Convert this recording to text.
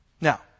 Now